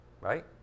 right